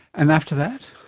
and after that?